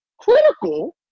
critical